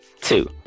two